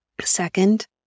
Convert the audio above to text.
Second